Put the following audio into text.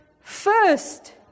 first